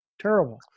terrible